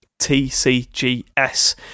tcgs